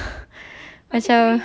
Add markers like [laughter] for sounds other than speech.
[breath]